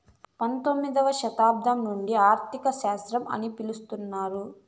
పంతొమ్మిదవ శతాబ్దం నుండి ఆర్థిక శాస్త్రం అని పిలుత్తున్నారు